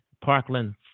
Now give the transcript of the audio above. Parkland